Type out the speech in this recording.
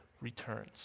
returns